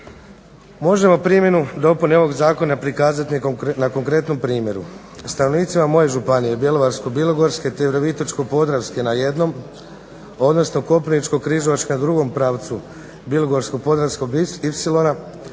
Možemo primjenu dopune ovog zakona prikazati na konkretnom primjeru. Stanovnicima moje Županije bjelovarsko-bilogorske te virovitičko-podravske na jednom, odnosno Koprivničko-križevačke na drugom pravcu bilogorsko-podravskog